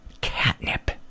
catnip